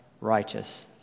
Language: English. righteous